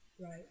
Right